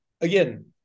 again